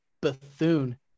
Bethune